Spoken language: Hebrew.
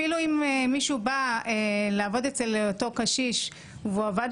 אפילו אם מישהו בא לעבוד אצל אותו קשיש והוא עבד